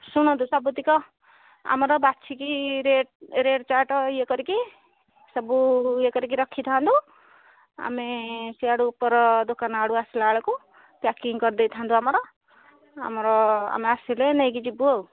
ଶୁଣନ୍ତୁ ସବୁତକ ଆମର ବାଛିକି ରେଟ୍ ରେଟ୍ ଚାର୍ଟ୍ ଇଏ କରିକି ସବୁ ଇଏ କରିକି ରଖିଥାନ୍ତୁ ଆମେ ସେଆଡ଼ୁ ଉପର ଦୋକାନ ଆଡ଼ୁ ଆସିଲା ବେଳକୁ ପ୍ୟାକିଂ କରି ଦେଇଥାନ୍ତୁ ଆମର ଆମର ଆମେ ଆସିଲେ ନେଇକି ଯିବୁ ଆଉ